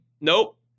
nope